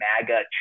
maga